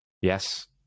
Yes